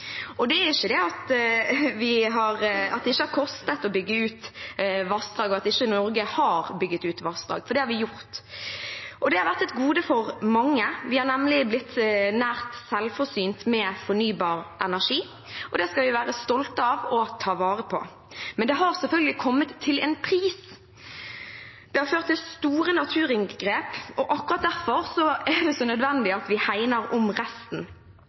Det er ikke det at det ikke har kostet å bygge ut vassdrag, og at ikke Norge har bygget ut vassdrag, for det har vi gjort. Det har vært et gode for mange, vi har nemlig blitt nær selvforsynt med fornybar energi, og det skal vi være stolte av og ta vare på, men det har selvfølgelig hatt en pris, det har ført til store naturinngrep. Akkurat derfor er det så nødvendig at vi hegner om resten.